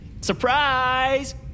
Surprise